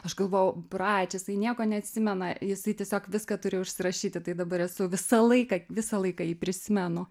aš galvojau brač jisai nieko neatsimena jisai tiesiog viską turi užsirašyti tai dabar esu visą laiką visą laiką jį prisimenu